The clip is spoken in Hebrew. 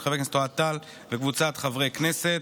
של חבר הכנסת אוהד טל וקבוצת חברי הכנסת.